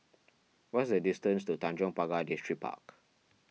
what is the distance to Tanjong Pagar Distripark